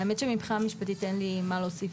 האמת שמבחינה משפטית אין לי מה להוסיף